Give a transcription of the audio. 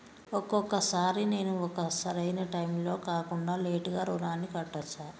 ఒక్కొక సారి నేను ఒక సరైనా టైంలో కాకుండా లేటుగా రుణాన్ని కట్టచ్చా?